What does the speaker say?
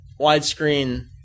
widescreen